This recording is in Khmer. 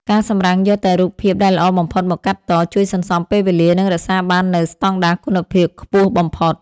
ការសម្រាំងយកតែរូបភាពដែលល្អបំផុតមកកាត់ត ជួយសន្សំពេលវេលា និងរក្សាបាននូវស្តង់ដារគុណភាពខ្ពស់បំផុត។